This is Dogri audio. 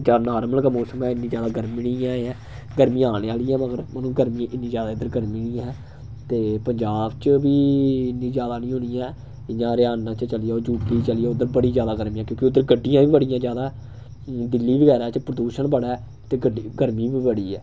क्या नार्मल गै मोसम ऐ इन्नी जैदा गर्मी नेईं ऐ गर्मी आह्ने आहली ऐ मगर हून इन्नी जैदा गर्मी नेईं ऐ ते पंजाब च बी इन्नी जैदा नेईं होनी इ'यां हरियाणा च चली जाओ यू पी चली जाओ उद्धर बड़ी जैदा गर्मी ऐ क्योंकि उद्धर गड्डियां बी बड़ियां जैदा ऐ दिल्ली बगैरा च प्रदूशन बड़ा ऐ ते गर्मी बी बड़ी ऐ